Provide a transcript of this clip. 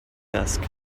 task